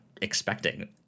expecting